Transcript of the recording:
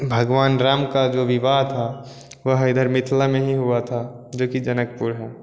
भगवान राम को जो विवाह था वह इधर मिथिला में ही हुआ था जो कि जनकपुर है